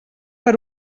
per